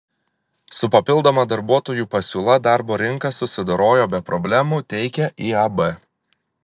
su papildoma darbuotojų pasiūla darbo rinka susidorojo be problemų teigia iab